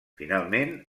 finalment